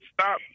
stop